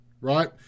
right